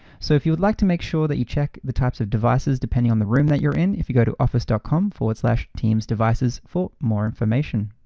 so if you would like to make sure that you check the types of devices depending on the room that you're in, if you go to office dot com slash teamsdevices for more information.